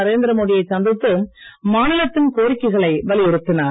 நரேந்திரமோடியை சந்தித்து மாநிலத்தின் கோரிக்கைகளை வலியுறுத்தினார்